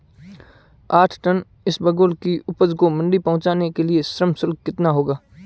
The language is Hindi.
आठ टन इसबगोल की उपज को मंडी पहुंचाने के लिए श्रम शुल्क कितना होगा?